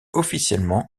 officiellement